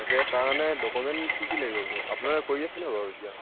তাকে তাৰমানে ডকুমেণ্ট কি কি লাগিব বাৰু আপোনালোকে কৰি আছে নাই বাৰু এতিয়া